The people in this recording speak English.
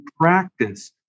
practice